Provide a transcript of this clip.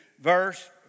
verse